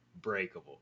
breakable